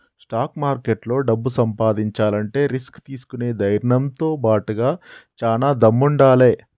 stock మార్కెట్లో డబ్బు సంపాదించాలంటే రిస్క్ తీసుకునే ధైర్నంతో బాటుగా చానా దమ్ముండాలే